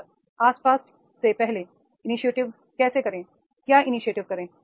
और आसपास से पहलें इनीशिएटिव कैसे करें क्या इनीशिएटिव करें